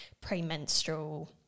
premenstrual